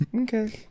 Okay